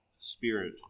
spirit